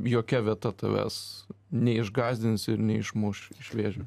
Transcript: jokia vieta tavęs neišgąsdins ir neišmuš iš vėžių